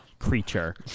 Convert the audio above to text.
creature